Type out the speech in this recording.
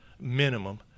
minimum